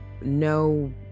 No